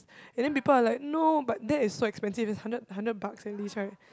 and then people are like no but that's so expensive is hundred hundred bucks at least right